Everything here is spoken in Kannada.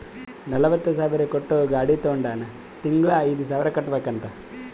ನಲ್ವತ ಸಾವಿರ್ ಕೊಟ್ಟು ಗಾಡಿ ತೊಂಡಾನ ತಿಂಗಳಾ ಐಯ್ದು ಸಾವಿರ್ ಕಟ್ಬೇಕ್ ಅಂತ್